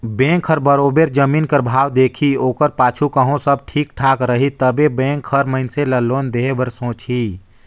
bank हर बरोबेर जमीन कर भाव देखही ओकर पाछू कहों सब ठीक ठाक रही तबे बेंक हर मइनसे ल लोन देहे बर सोंचही